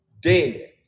dead